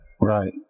Right